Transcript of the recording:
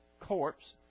corpse